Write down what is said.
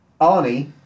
Arnie